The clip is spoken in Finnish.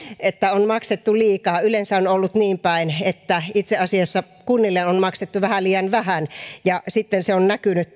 että on maksettu liikaa yleensä on ollut niinpäin että itse asiassa kunnille on maksettu vähän liian vähän ja sitten se on näkynyt